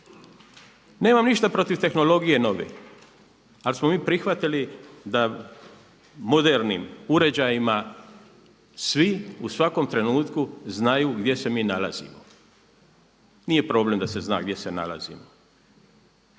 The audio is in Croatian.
Nemam ništa protiv tehnologije nove, ali smo mi prihvatili da modernim uređajima svi u svakom trenutku znaju gdje se mi nalazimo. Nije problem da se zna gdje se nalazimo